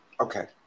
Okay